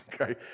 okay